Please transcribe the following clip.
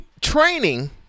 Training